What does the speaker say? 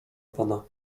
pana